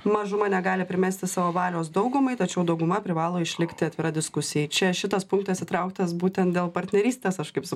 mažuma negali primesti savo valios daugumai tačiau dauguma privalo išlikti atvira diskusijai čia šitas punktas įtrauktas būtent dėl partnerystės aš kaip su